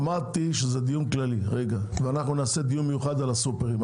אמרתי שזה דיון כללי ואנחנו נקיים דיון מיוחד על הסופרים,